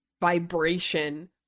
vibration